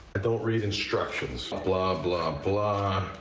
don't read instructions. blah, blah, blah. blah,